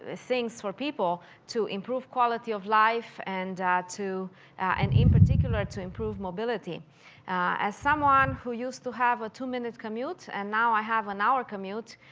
ah things for people to improve quality of life and and in particular to improve mobility as someone who used to have a two minute commute and now i have an hour commute,